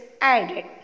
added